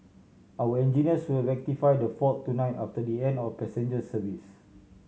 our engineers will rectify the fault tonight after the end of passenger service